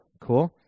Cool